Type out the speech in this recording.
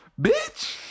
Bitch